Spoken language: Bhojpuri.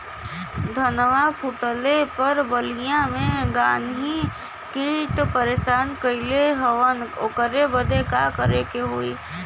धनवा फूटले पर बलिया में गान्ही कीट परेशान कइले हवन ओकरे बदे का करे होई?